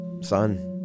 son